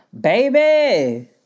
Baby